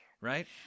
Right